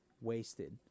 Wasted